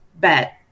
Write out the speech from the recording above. bet